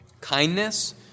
Kindness